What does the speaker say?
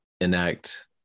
enact